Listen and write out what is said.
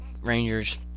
Rangers